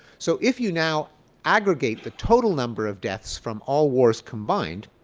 so if you now aggregate the total number of deaths from all wars combined,